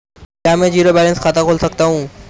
क्या मैं zero balance खाता खोल सकता हूँ?